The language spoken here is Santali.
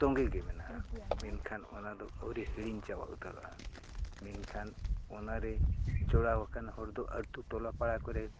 ᱛᱚᱝᱜᱮ ᱜᱮ ᱢᱮᱱᱟᱜᱼᱟ ᱢᱮᱱᱠᱷᱟᱱ ᱚᱱᱟ ᱫᱚ ᱟᱹᱣᱨᱤ ᱦᱤᱲᱤᱧ ᱪᱟᱵᱟ ᱩᱛᱟᱹᱨᱚᱜᱼᱟ ᱢᱮᱱᱠᱷᱟᱱ ᱚᱱᱟᱨᱮ ᱡᱚᱲᱟᱣ ᱟᱠᱟᱱ ᱦᱚᱲ ᱫᱚ ᱟᱛᱳ ᱴᱚᱞᱟ ᱯᱟᱲᱟ ᱠᱚᱨᱮ